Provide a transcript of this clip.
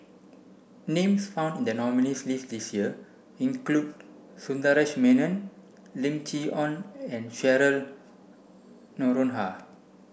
names found in the nominees' list this year include Sundaresh Menon Lim Chee Onn and Cheryl Noronha